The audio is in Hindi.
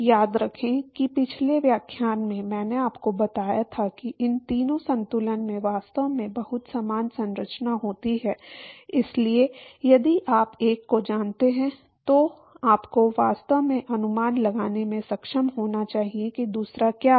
याद रखें कि पिछले व्याख्यान में मैंने आपको बताया था कि इन तीन संतुलनों में वास्तव में बहुत समान संरचना होती है इसलिए यदि आप एक को जानते हैं तो आपको वास्तव में अनुमान लगाने में सक्षम होना चाहिए कि दूसरा क्या है